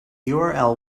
url